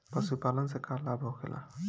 पशुपालन से का लाभ होखेला?